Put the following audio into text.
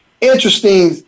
interesting